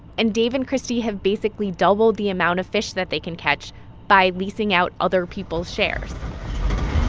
and dave and christie have basically doubled the amount of fish that they can catch by leasing out other people's shares